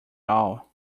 all